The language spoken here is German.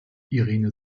irene